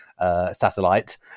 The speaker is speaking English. Satellite